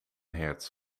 hertz